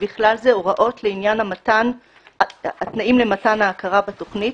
ובכלל זה הוראות לעניין התנאים למתן ההכרה בתכנית,